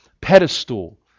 pedestal